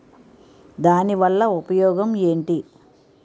దాని వల్ల ఉపయోగం ఎంటి?